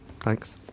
Thanks